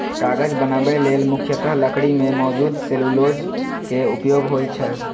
कागज बनबै लेल मुख्यतः लकड़ी मे मौजूद सेलुलोज के उपयोग होइ छै